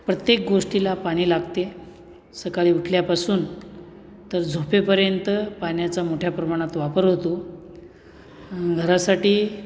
प्रत्येक गोष्टीला पाणी लागते सकाळी उठल्यापासून तर झोपेपर्यंत पाण्याचा मोठ्या प्रमाणात वापर होतो घरासाठी